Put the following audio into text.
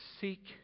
seek